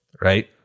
right